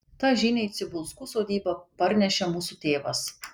tą žinią į cibulskų sodybą parnešė mūsų tėvas